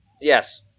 Yes